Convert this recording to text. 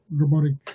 robotic